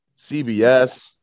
CBS